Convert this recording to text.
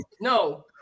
no